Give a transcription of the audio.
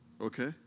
Okay